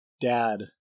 dad